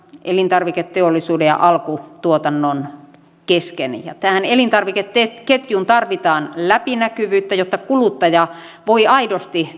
elintarviketeollisuuden ja alkutuotannon kesken tähän elintarvikeketjuun tarvitaan läpinäkyvyyttä jotta kuluttaja voi aidosti